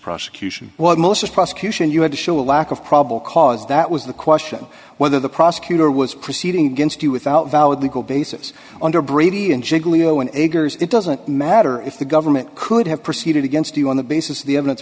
prosecution what most of prosecution you had to show a lack of probable cause that was the question whether the prosecutor was proceeding against you without valid legal basis on the brady and giglio in eggers it doesn't matter if the government could have proceeded against you on the basis of the evidence